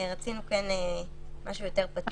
רצינו משהו יותר פתוח.